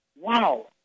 wow